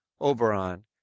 Oberon